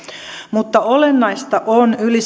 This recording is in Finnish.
mutta olennaista on yli